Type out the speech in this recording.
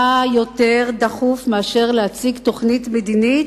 מה יותר דחוף מאשר להציג תוכנית מדינית,